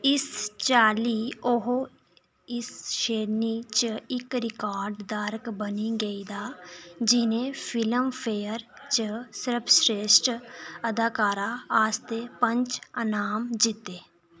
इस चाल्ली ओह् इस श्रेणी च इक रिकार्ड धारक बनी गेई दा जि'न्नै फिल्मफेयर च सर्वश्रेठ अदाकारा आस्तै पंज अनाम जित्ते